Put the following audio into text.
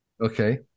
Okay